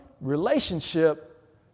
relationship